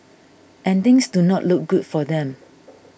and things do not look good for them